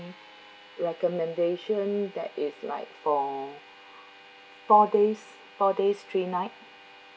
recommendation that it's like for four days four days three night